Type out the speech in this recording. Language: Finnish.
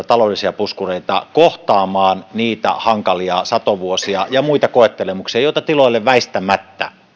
taloudellisia puskureita kohtaamaan niitä hankalia satovuosia ja muita koettelemuksia joita tiloille väistämättä